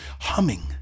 humming